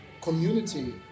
community